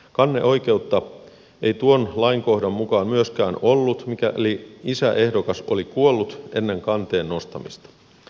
kanneoikeutta ei tuon lainkohdan mukaan myöskään ollut mikäli isäehdokas oli kuollut ennen kanteen nostamista